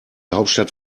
hauptstadt